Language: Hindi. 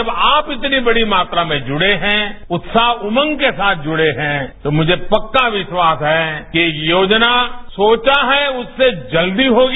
जब आप इतनी बड़ी मात्रा में जुड़े हैं उत्साह उमंग के साथ जुड़े हैं तो मुझे यह पक्का विश्वास है यह योजना जो सोचा है उससे जल्दी होगी